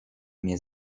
mnie